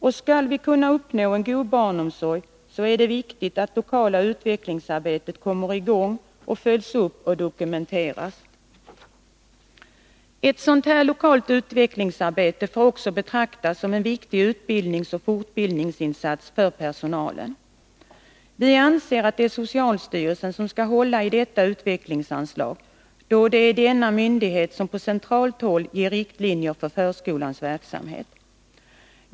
Och skall vi kunna uppnå en god barnomsorg, är det viktigt att det lokala utvecklingsarbetet kommer i gång och följs upp och dokumenteras. Ett sådant här lokalt utvecklingsarbete får också betraktas som en viktig utbildningsoch fortbildningsinsats för personalen. Vi anser att det är socialstyrelsen som skall hålla i det aktuella utvecklingsanslaget, då det är denna myndighet som på centralt håll ger riktlinjer för förskolans verksamhet.